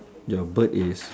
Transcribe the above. your bird is